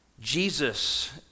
jesus